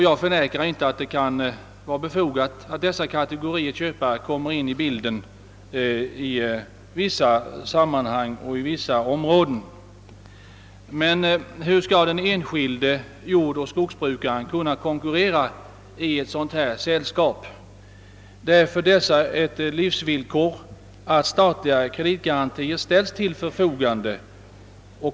Jag förnekar inte att det kan vara befogat att även dessa kategorier köpare ibland och i vissa sammanhang kommer in i bilden, men hur skall den enskilde jordoch skogsbrukaren kunna konkurrera i det sällskapet? För dem är det ett livsvillkor att statliga kreditgarantier ställes till förfogande.